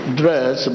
dress